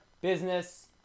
business